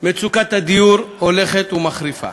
מצוקת הדיור הולכת ומחריפה.